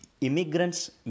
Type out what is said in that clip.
immigrants